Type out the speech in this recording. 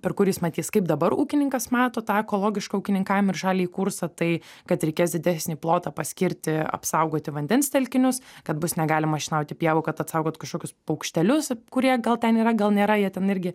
per kur jis matys kaip dabar ūkininkas mato tą ekologišką ūkininkavimą ir žaliąjį kursą tai kad reikės didesnį plotą paskirti apsaugoti vandens telkinius kad bus negalima šienauti pievų kad apsaugot kažkokius paukštelius kurie gal ten yra gal nėra jie ten irgi